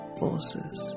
forces